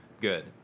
good